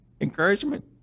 encouragement